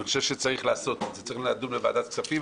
הצעת החוק שלך,